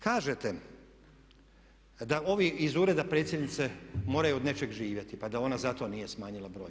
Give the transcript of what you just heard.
Kažete da ovi iz ureda predsjednice moraju od nečega živjeti pa da ona zato nije smanjila broj.